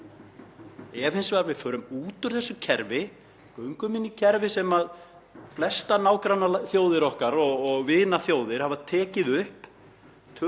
tökum upp sterkan stöðugan gjaldmiðil og verðum aðilar að Seðlabanka Evrópu með Seðlabanka Íslands sem eins